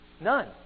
None